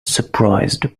surprised